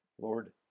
Lord